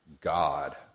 God